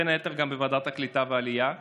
בין היתר בוועדת העלייה והקליטה.